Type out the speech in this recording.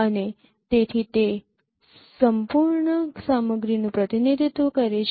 અને તેથી તે સંપૂર્ણ સામગ્રીનું પ્રતિનિધિત્વ કરે છે